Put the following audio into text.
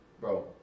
bro